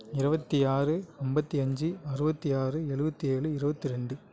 இருபத்தி ஆறு ஐம்பத்தி அஞ்சு அறுபத்தி ஆறு எழுவத்தி ஏழு இருபத்து ரெண்டு